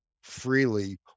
freely